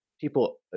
people